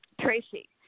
Tracy